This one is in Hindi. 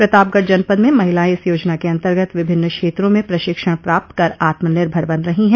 प्रतापगढ़ जनपद में महिलाएं इस योजना के अन्तर्गत विभिन्न क्षेत्रों में प्रशिक्षणा प्राप्त कर आत्मनिर्भर बन रही है